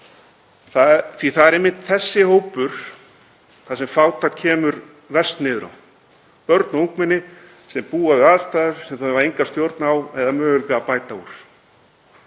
Það er einmitt þessi hópur sem fátækt kemur verst niður á, börn og ungmenni sem búa við aðstæður sem þau hafa enga stjórn á eða möguleika á að bæta úr.